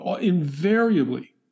invariably